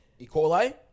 Ecoli